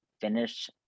finish